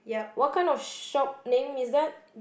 what kind of shop name is that